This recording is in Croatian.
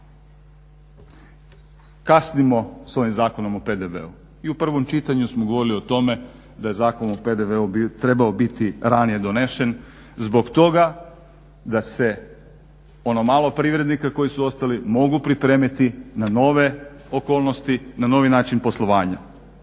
Kasnimo sa ovim Zakonom o PDV-u. I u prvom čitanju smo govorili o tome da je Zakon o PDV-u trebao biti ranije donesen zbog toga da se ono malo privrednika koji su ostali mogu pripremiti na nove okolnosti, na novi način poslovanja.